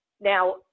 Now